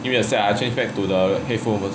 give me a sec ah I change back to the headphone first